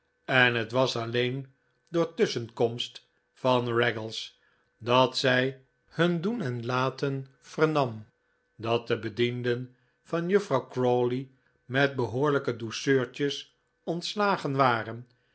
en het was alleen door tusschenkomst van raggles dat zij hun doen en laten vernam dat de bedienden van juffrouw crawley met behoorlijke douceurtjes ontslagen waren